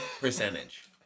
percentage